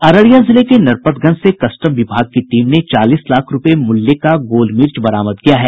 अररिया जिले के नरपतगंज से कस्टम विभाग की टीम ने चालीस लाख रूपये मूल्य का गोलमिर्च बरामद किया है